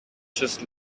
just